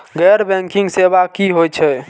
गैर बैंकिंग सेवा की होय छेय?